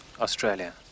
australia